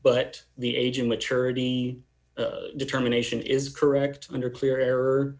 but the age of maturity determination is correct under clear error